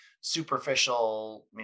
superficial